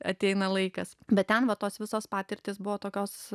ateina laikas bet ten va tos visos patirtys buvo tokios